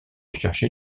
chercher